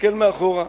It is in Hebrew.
תסתכל אחורה,